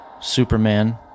Superman